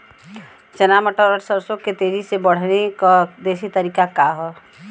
चना मटर और सरसों के तेजी से बढ़ने क देशी तरीका का ह?